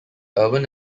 erwin